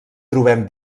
trobem